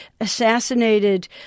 assassinated